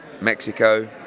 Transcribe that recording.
Mexico